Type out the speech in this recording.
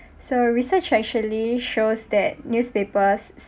so research actually shows that newspapers